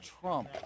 Trump